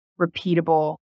repeatable